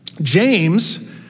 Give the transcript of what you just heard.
James